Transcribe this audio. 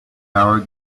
hour